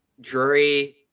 Drury